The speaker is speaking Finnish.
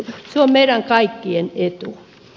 se on meidän kaikkien etu